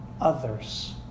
others